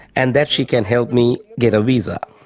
and that she can help me get a visa.